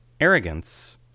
arrogance